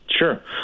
Sure